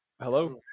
hello